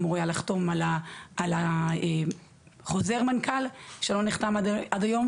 אמור לחתום על חוזר המנכ"ל שלא נחתם עד היום,